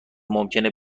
ممکنه